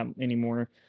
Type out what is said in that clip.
anymore